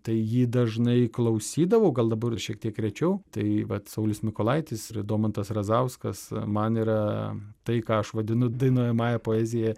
tai jį dažnai klausydavau gal dabar šiek tiek rečiau tai vat saulius mikolaitis ir domantas razauskas man yra tai ką aš vadinu dainuojamąja poezija